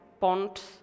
ponds